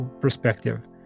Perspective